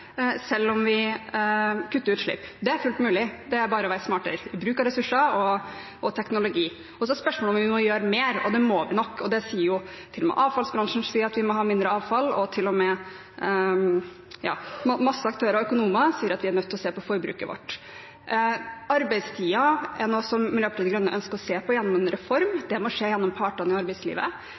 selv om vi kutter utslipp. Det er fullt mulig, det er bare å være smartere i bruken av ressurser og teknologi. Så er spørsmålet om vi må gjøre mer. Det må vi nok. Til og med avfallsbransjen sier at vi må ha mindre avfall, og mange aktører og økonomer sier at vi er nødt til å se på forbruket vårt. Arbeidstider er noe som Miljøpartiet De Grønne ønsker å se på gjennom en reform. Det må skje med partene i arbeidslivet.